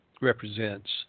represents